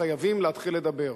חייבים להתחיל לדבר.